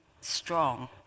strong